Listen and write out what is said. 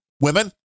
Women